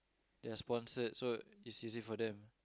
they are sponsored so it's easy for them